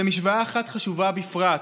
ולמשוואה אחת חשובה בפרט: